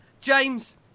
James